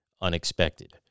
unexpected